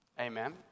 Amen